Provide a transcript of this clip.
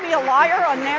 a liar on yeah